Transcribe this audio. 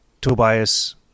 Tobias